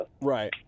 Right